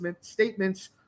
statements